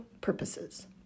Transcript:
purposes